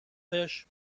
fish